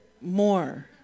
more